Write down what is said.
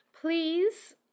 Please